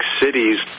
cities